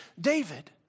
David